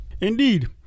Indeed